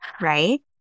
right